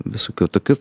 visokių tokių